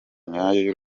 nyayo